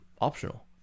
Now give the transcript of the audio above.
optional